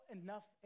enough